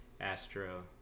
astro